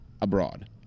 abroad